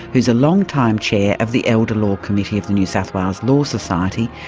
who is a long-time chair of the elder law committee of the new south wales law society,